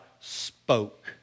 spoke